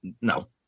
no